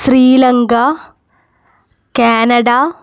Sri Lanka Canada